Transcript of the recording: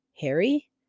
Harry